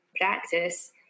practice